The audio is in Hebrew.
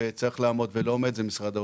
צריך לעמוד ולא עומד זה משרד האוצר.